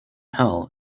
hell